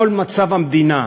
כל מצב המדינה,